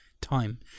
Time